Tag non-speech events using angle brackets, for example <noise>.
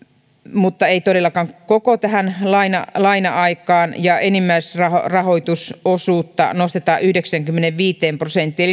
mutta ei todellakaan koko tähän laina laina aikaan ja enimmäisrahoitusosuutta nostetaan yhdeksäänkymmeneenviiteen prosenttiin <unintelligible>